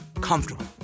comfortable